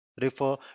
refer